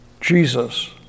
Jesus